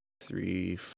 three